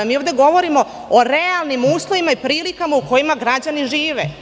Mi ovde govorimo o realnim uslovima i prilikama u kojima građani žive.